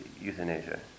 euthanasia